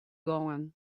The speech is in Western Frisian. gongen